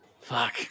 fuck